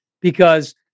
because-